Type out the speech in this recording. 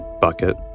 bucket